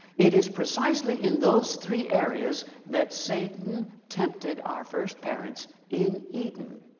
it is precisely in those three areas that satan tempted our first parents in eden